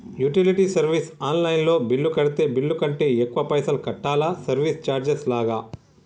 Utility service online లో bill కడితే bill కంటే ఎక్కువ పైసల్ కట్టాలా సర్వీస్ చార్జెస్ లాగా?